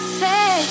say